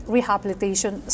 Rehabilitation